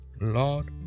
Lord